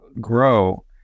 grow